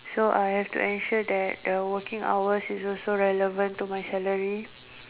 so I have to ensure that the working hours is also relevant to my salary